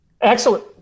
Excellent